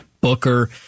Booker